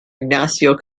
ignacio